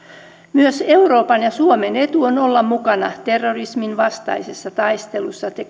myös euroopan ja suomen etu on olla mukana terrorisminvastaisessa taistelussa